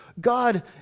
God